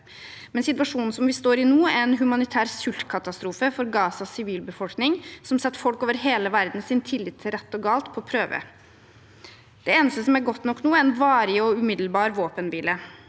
Men situasjonen som vi står i nå, er en humanitær sultkatastrofe for Gazas sivilbefolkning, som setter folks tillit til rett og galt over hele verden på prøve. Det eneste som er godt nok nå, er en varig og umiddelbar våpenhvile.